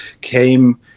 came